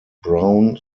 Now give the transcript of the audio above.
brown